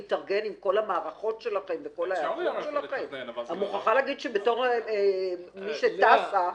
התשע"ט (3 במרס 2019)